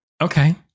Okay